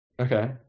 Okay